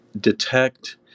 detect